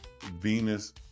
Venus